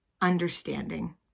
understanding